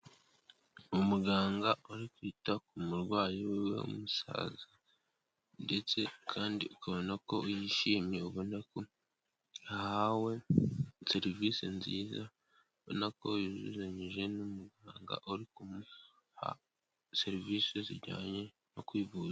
Umuganga uri kwita ku murwayi w'iwe w'umusaza, ndetse kandi ukabona ko yishimye ubona ko yahawe serivisi nziza, ubona ko yuzuzanyije n'umuganga uri kumuha serivisi zijyanye no kwivuza.